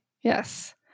Yes